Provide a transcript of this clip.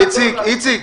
אנחנו